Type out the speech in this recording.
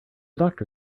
doctor